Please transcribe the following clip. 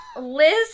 Liz